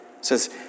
says